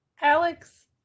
Alex